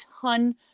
ton